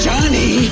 Johnny